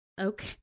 Okay